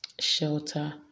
shelter